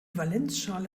valenzschale